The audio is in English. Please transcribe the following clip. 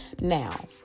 Now